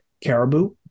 caribou